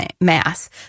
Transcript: mass